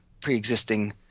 pre-existing